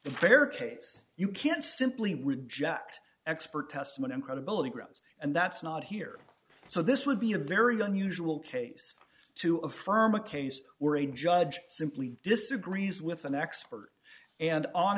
barricades you can't simply reject expert testimony and credibility grounds and that's not here so this would be a very unusual case to affirm a case where a judge simply disagrees with an expert and on